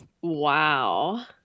Wow